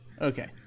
Okay